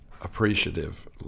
appreciative